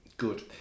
Good